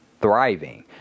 thriving